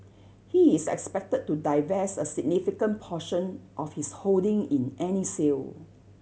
he is expected to divest a significant portion of his holding in any sale